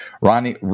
Ronnie